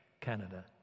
Canada